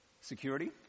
Security